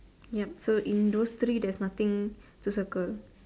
yup so in those three there is nothing to circle